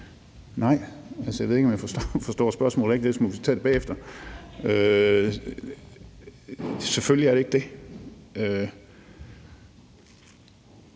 Nej, altså – jeg ved ikke, om jeg forstår spørgsmålet rigtigt; ellers må vi tage det bagefter. Selvfølgelig er det ikke det.